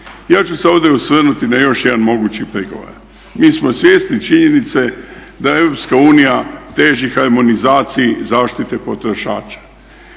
Ja ću se ovdje osvrnuti na još jedan mogući prigovor. Mi smo svjesni činjenice da Europska unija teži harmonizaciji zaštite potrošača